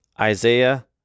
Isaiah